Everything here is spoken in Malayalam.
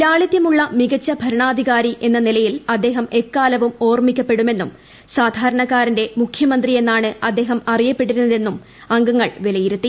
ലാളിത്യമുള്ള മികച്ച ഭരണാധികാരി എന്ന നിലയിൽ അദ്ദേഹം എക്കാലവും ഓർമ്മിക്കപ്പെടുമെന്നും സാധാരണക്കാരന്റെ മുഖ്യമന്ത്രി എന്നാണ് അദ്ദേഹം അറിയപ്പെട്ടിരുന്നതെന്നും അംഗങ്ങൾ വിലയിരുത്തി